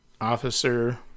officer